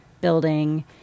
building